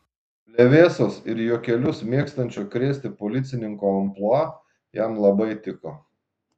plevėsos ir juokelius mėgstančio krėsti policininko amplua jam labai tiko